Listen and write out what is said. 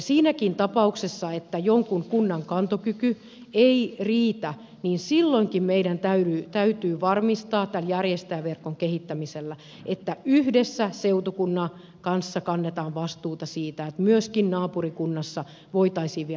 siinäkin tapauksessa että jonkun kunnan kantokyky ei riitä meidän täytyy varmistaa tämän järjestäjäverkon kehittämisellä että yhdessä seutukunnan kanssa kannetaan vastuuta siitä että myöskin naapurikunnassa voitaisiin vielä opiskella